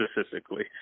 specifically